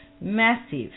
massive